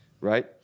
Right